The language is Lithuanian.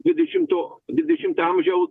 dvidešimto dvidešimtojo amžiaus